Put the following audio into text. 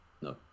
no